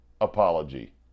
apology